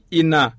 ina